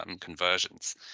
conversions